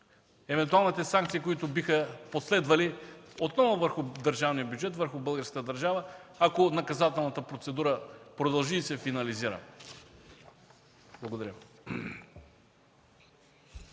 евентуалните санкции, които биха последвали отново върху държавния бюджет, върху българската държава, ако наказателната процедура продължи и се финализира. Благодаря.